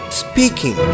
speaking